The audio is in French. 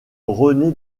rené